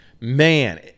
man